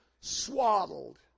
swaddled